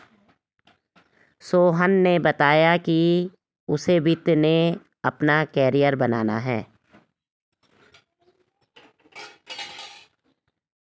सोहन ने बताया कि उसे वित्त में अपना कैरियर बनाना है